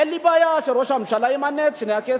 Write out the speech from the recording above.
אין לי בעיה שראש הממשלה ימנה את שני הקייסים.